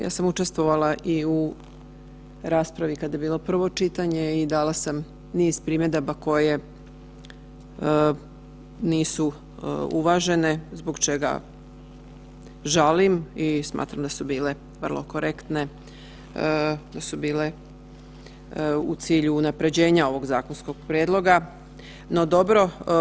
Ja sam učestvovala i u raspravi kada je bilo prvo čitanje i dala sam niz primjedaba koje nisu uvažene, zbog čega žalim i smatram da su bile vrlo korektne, da su bile u cilju unaprjeđenja ovog zakonskog prijedloga, no dobro.